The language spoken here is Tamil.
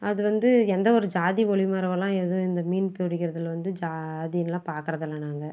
அது வந்து எந்த ஒரு ஜாதி ஒளிவு மறைவெல்லாம் எதும் இந்த மீன் பிடிக்கிறதுல வந்து ஜாதி எல்லாம் பார்க்கறதில்ல நாங்கள்